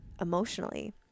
emotionally